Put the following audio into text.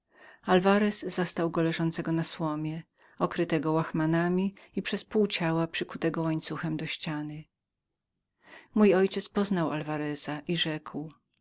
alwarez zastał go leżącego na słomie okrytego łachmanami i przez pół ciała przykutego łańcuchem do ściany mój ojciec poznał alwareza i rzekłemrzekł